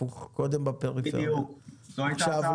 וחלק מהחשיבה בשכונות חדשות זה שכל הפיתוח נעשה מראש